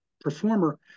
performer